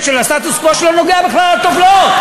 של הסטטוס-קוו שלא נוגע בכלל לטובלות.